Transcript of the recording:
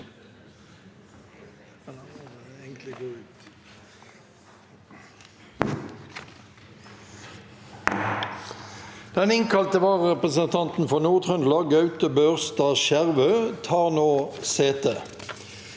Den innkalte vararepresen- tanten for Nord-Trøndelag, Gaute Børstad Skjervø, tar nå sete.